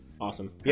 Awesome